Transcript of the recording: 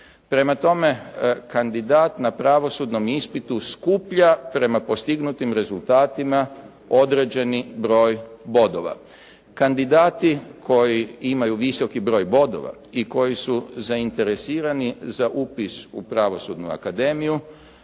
Prema tome, kandidat na pravosudnom ispitu skuplja prema postignutim rezultatima određeni broj bodova. Kandidati koji imaju visoki broj bodova, i koji su zainteresirani za upis u Pravosudnu akademiju,